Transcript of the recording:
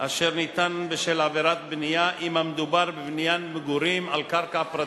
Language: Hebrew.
אשר ניתן בשל עבירת בנייה אם המדובר בבניין מגורים על קרקע פרטית.